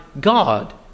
God